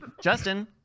Justin